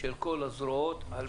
של כל הזרועות כדי